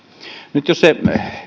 nyt jos se